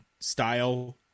style